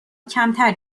کمتر